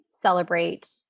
celebrate